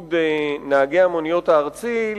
איגוד נהגי המוניות הארצי,